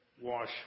Wash